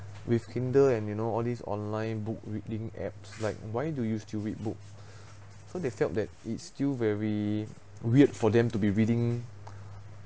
with kindle and you know all these online book reading apps like why do you still read books so they felt that it's still very weird for them to be reading